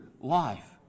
life